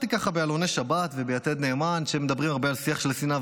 הייתי בביתר וקראתי בעלוני שבת וביתד נאמן שמדברים הרבה על שיח של שנאה,